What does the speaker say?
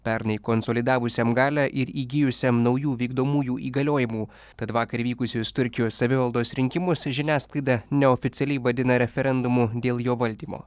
pernai konsolidavusiam galią ir įgijusiam naujų vykdomųjų įgaliojimų kad vakar vykusius turkijos savivaldos rinkimus žiniasklaida neoficialiai vadina referendumu dėl jo valdymo